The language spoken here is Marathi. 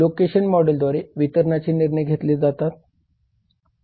लोकेशन मॉडेलद्वारे वितरणाचे निर्णय घेतले जाते